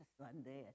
Sunday